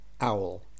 Owl